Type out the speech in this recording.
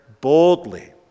boldly